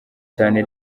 cyane